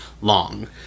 long